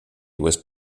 was